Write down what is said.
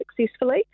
successfully